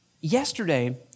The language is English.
Yesterday